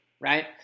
right